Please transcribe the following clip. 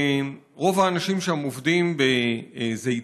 רוב האנשים שם עובדים בזיתים.